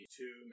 two